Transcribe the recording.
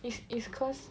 it's it's cause